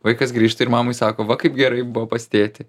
vaikas grįžta ir mamai sako va kaip gerai buvo pas tėtį